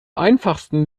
einfachsten